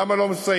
למה לא מסיימים?